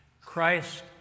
Christ